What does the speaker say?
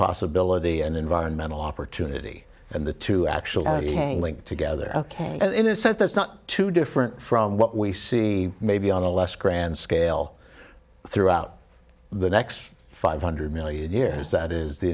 possibility and environmental opportunity and the two actually hang linked together ok in a sense that's not too different from what we see maybe on a less grand scale throughout the next five hundred million years that is the